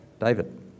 David